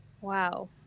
wow